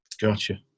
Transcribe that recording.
Gotcha